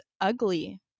ugly